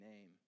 name